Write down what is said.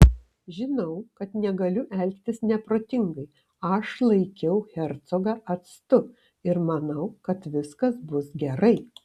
žinau kad negaliu elgtis neprotingai aš laikiau hercogą atstu ir manau kad viskas bus gerai